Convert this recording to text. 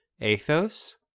Athos